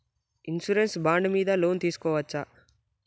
Insurance bond మీద loan తీస్కొవచ్చా?